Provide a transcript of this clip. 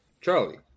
Charlie